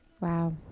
wow